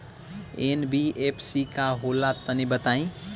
NBFC का होला तनि बताई?